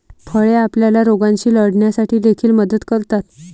फळे आपल्याला रोगांशी लढण्यासाठी देखील मदत करतात